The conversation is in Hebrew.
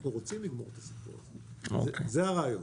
אנחנו רוצים לגמור את הסיפור הזה, זה הרעיון.